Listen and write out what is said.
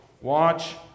Watch